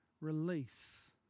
release